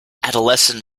adolescent